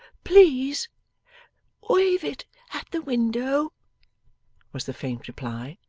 please wave it at the window was the faint reply.